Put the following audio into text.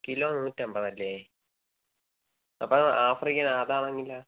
kilo നൂറ്റമ്പത് അല്ലേ അപ്പം ആഫ്രിക്കൻ അതാണെങ്കിലോ